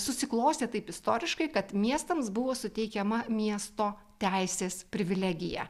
susiklostė taip istoriškai kad miestams buvo suteikiama miesto teisės privilegija